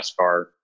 NASCAR